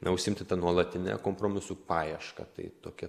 na užsiimti ta nuolatine kompromisų paieška tai tokia